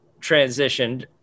transitioned